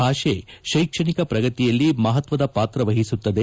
ಭಾಷೆ ಶೈಕ್ಷಣಿಕ ಪ್ರಗತಿಯಲ್ಲಿ ಮಹತ್ವದ ಪಾತ್ರ ವಹಿಸುತ್ತದೆ